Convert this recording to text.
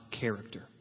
character